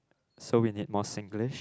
so we need more Singlish